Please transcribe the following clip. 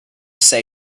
say